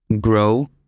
grow